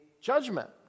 judgment